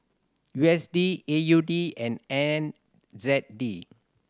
U S D A U D and N Z D